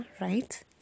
right